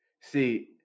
See